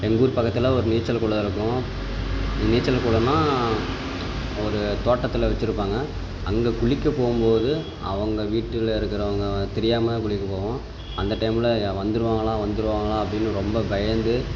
எங்கள் ஊர் பக்கத்தில் ஒரு நீச்சல் குளம் இருக்கும் நீச்சல் குளம்னால் ஒரு தோட்டத்தில் வெச்சுருப்பாங்க அங்கே குளிக்கப் போகும்போது அவங்கள் வீட்டில் இருக்கிறவங்க தெரியாமல் குளிக்கப் போவோம் அந்த டைமில் வந்துடுவாங்களா வந்துடுவாங்களா அப்படின்னு ரொம்பப் பயந்து